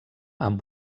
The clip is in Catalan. amb